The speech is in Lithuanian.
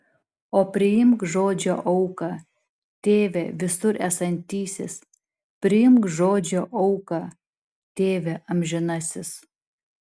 o priimk žodžio auką tėve visur esantysis priimk žodžio auką tėve amžinasis